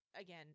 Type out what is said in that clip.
again